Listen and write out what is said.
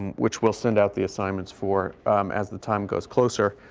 which we'll send out the assignments for as the time goes closer.